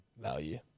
Value